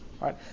right